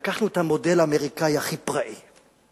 לקחנו את המודל האמריקני הכי פראי,